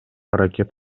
аракет